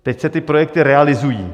Teď se ty projekty realizují.